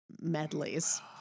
medleys